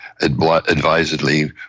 advisedly